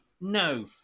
No